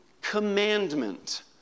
commandment